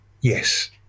yes